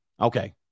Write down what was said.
Okay